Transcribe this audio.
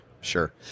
Sure